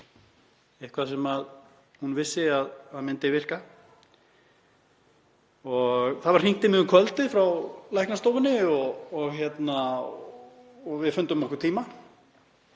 eitthvert sem hún vissi að myndi virka og það var hringt í mig um kvöldið frá læknastofunni og við fundum okkur tíma.